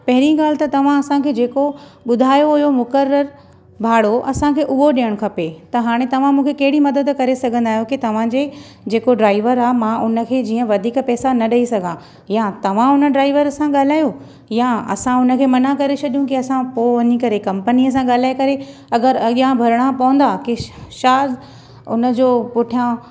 पहिरीं ॻाल्हि त तव्हां असांखे जेको ॿुधायो हुयो मुकरकु भाड़ो असांखे उहो ॾेयणु खपे त हाणे तव्हां मूंखे कहिड़ी मददु करे सघदां आहियो की तव्हांजे जेको ड्राइवर आहे मां उनखे जीअं वधीक पेसा न ॾेई सघां या तव्हां हुन ड्राइवर सा ॻाल्हायो या असां हुनखे मना करे छॾियो की असां पोइ वञी करे कंपनी सां ॻाल्हाए करे अगरि अॻियां भरिणा पवंदा हुनजो पुठियां